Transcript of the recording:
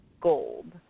gold